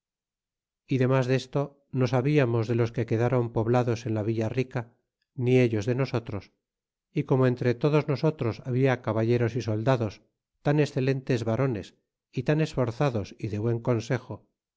y delas desto no sabiamos de los que quedaron poblados en la villa rica ni ellos de nosotros y como entre todos nosotros habla caballeros y soldados tan excelentes varones y tan esforzados y de buen consejo